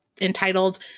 entitled